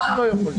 אנחנו לא יכולים.